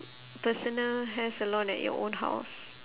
personal hair salon at your own house